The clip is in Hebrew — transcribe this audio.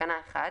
בתקנה 1,